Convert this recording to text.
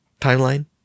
Timeline